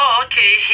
okay